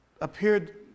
appeared